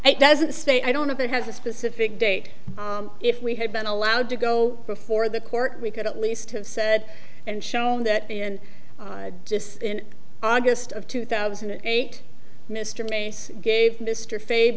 it doesn't stay i don't know that has a specific date if we had been allowed to go before the court we could at least have said and shown that the and just in august of two thousand and eight mr mays gave mr fa